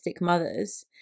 mothers